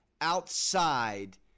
outside